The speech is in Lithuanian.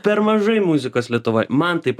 per mažai muzikos lietuvoj man taip